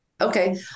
Okay